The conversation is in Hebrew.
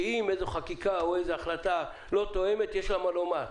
שאם איזו חקיקה או איזה החלטה לא תואמת אז יש לה מה לומר.